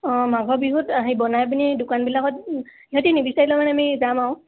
অঁ মাঘৰ বিহুত অঁ হেৰি বনাই পিনি দোকানবিলাকত সিহঁতি নিবিচাৰিলেও মানে আমি যাম আৰু